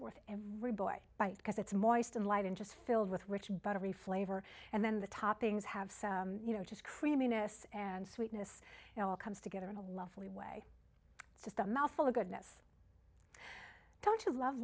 worth every boy bite because it's moist and light and just filled with rich buttery flavor and then the toppings have you know just creaminess and sweetness it all comes together in a lovely way just a mouthful of goodness don't you love